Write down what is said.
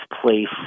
place